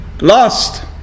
lost